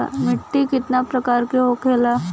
मिट्टी कितना प्रकार के होखेला?